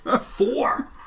Four